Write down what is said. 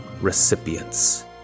recipients